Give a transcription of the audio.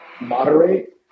moderate